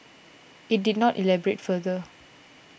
it did not elaborate further